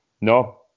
no